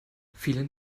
vielen